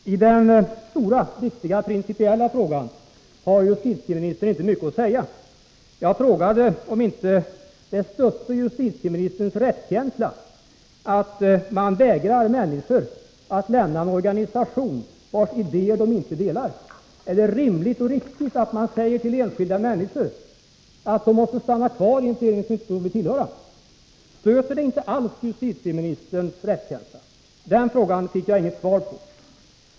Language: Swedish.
I den stora, viktiga principiella frågan har justitieministern inte mycket att säga. Jag frågade om det inte stötte justitieministerns rättskänsla att man vägrar människor att lämna en organisation vars idéer de inte delar. Är det rimligt och riktigt att man säger till enskilda människor att de måste stanna kvar i en förening som de inte vill tillhöra? Stöter det inte alls justitieministerns rättskänsla? Den frågan fick jag inget svar på.